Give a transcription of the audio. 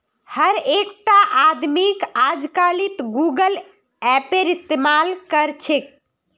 हर एकटा आदमीक अजकालित गूगल पेएर इस्तमाल कर छेक